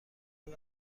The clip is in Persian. این